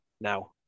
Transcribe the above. now